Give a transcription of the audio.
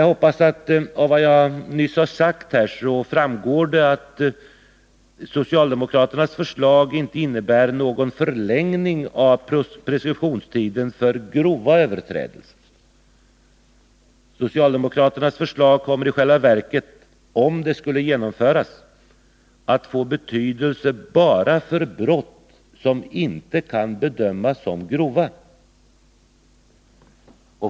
Jag hoppas att det av vad jag nyss sade framgår att socialdemokraternas förslag inte innebär någon förlängning av preskriptionstiden för grova överträdelser. Socialdemokraternas förslag kommer i själva verket — om det skulle genomföras — att få betydelse bara för brott som inte kan bedömas vara grova.